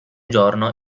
giorno